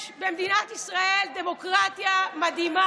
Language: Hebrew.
יש במדינת ישראל דמוקרטיה מדהימה,